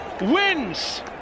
wins